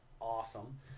awesome